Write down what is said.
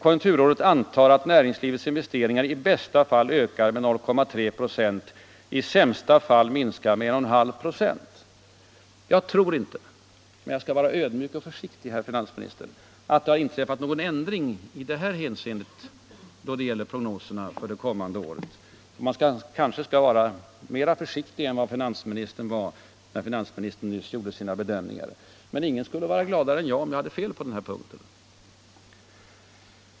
Vi antar att näringslivets investeringar i bästa fall ökar med 0,3 procent och i sämsta fall minskar med 1,5 procent.” Jag tror inte — men jag skall vara ödmjuk och försiktig, herr finansminister — att det har inträffat någon ändring i detta hänseende då det gäller prognoserna för det kommande året. Men man kanske skall vara mera försiktig än vad finansministern var när han nyss gjorde sina bedömningar. Ingen skulle emellertid vara gladare än jag om jag hade fel på denna punkt.